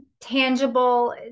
tangible